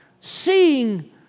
Seeing